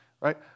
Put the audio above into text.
right